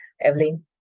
Evelyn